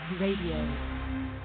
Radio